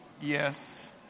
Yes